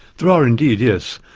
there are indeed, yes.